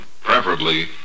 preferably